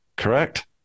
correct